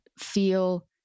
Feel